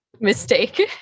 mistake